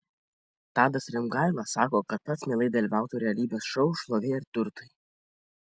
tadas rimgaila sako kad pats mielai dalyvautų realybės šou šlovė ir turtai